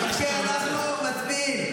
כן, אנחנו מצביעים.